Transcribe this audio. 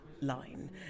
line